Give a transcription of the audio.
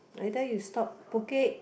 either you stop Phuket